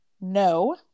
No